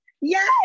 Yes